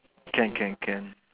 can can can